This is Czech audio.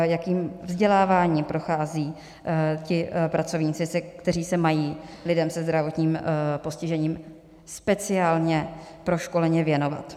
Jakým vzděláváním procházejí pracovníci, kteří se mají lidem se zdravotním postižením speciálně proškoleni věnovat?